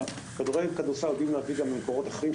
שהכדורגל והכדורסל יודעים להביא גם ממקורות אחרים,